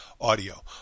audio